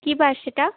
কী বার সেটা